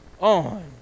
on